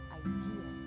idea